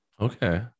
Okay